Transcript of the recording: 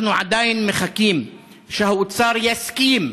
אנחנו עדיין מחכים שהאוצר יסכים,